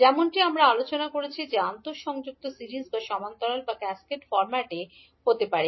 যেমনটি আমরা আলোচনা করেছি যে আন্তঃসংযোগ সিরিজ সমান্তরাল বা ক্যাসকেড ফর্ম্যাটে হতে পারে